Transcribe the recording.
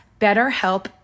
BetterHelp